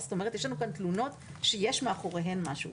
זאת אומרת, יש לנו כאן תלונות שיש מאחוריהן משהו.